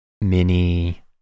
mini